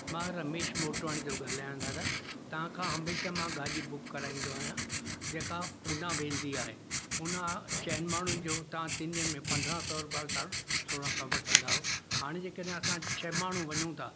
मां रमेश मोटवानी थो ॻाल्हायां दादा तव्हांखां हमेशह मां गाॾी बुक कराईंदो आहियां जेका पुणे वेंदी आहे पुणे चईनी माण्हुनि जो तव्हां तिनि ॾींहनि में पंद्रहं सौ रुपिया सोरहं सौ वठंदा हो हाणे जंहिंकॾहिं असां छह माण्हूं वञू थी